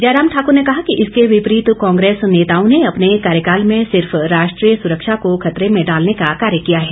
जयराम ठाक्र ने कहा कि इसके विपरीत कांग्रेस नेताओं ने अपने कार्यकाल में सिर्फ राष्ट्रीय सुरक्षा को खतरे मेँ डालने का कार्य किया है